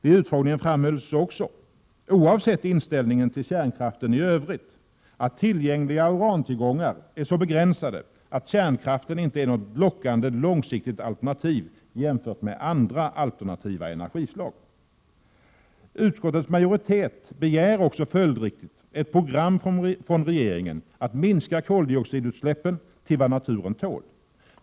Vid utfrågningen framhölls även — oavsett inställning till kärnkraften i övrigt — att tillgängliga urantillgångar är så begränsade att kärnkraften inte är något lockande långsiktigt alternativ jämfört med andra alternativa energislag. Utskottets majoritet begär också följdriktigt ett program från regeringen för att minska koldioxidutsläppen till vad naturen tål.